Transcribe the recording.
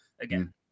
again